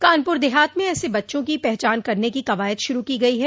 कानपूर देहात में ऐसे बच्चों की पहचान करने की कवायद शुरू की है